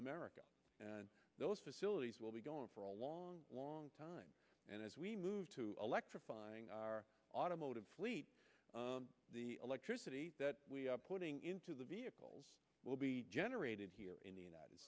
america and those facilities will be gone for a long long time and as we move to electrifying our automotive fleet the electricity that we are putting into the vehicles will be generated here in the united